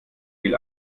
will